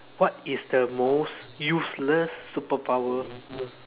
what is the most useless superpower